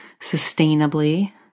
sustainably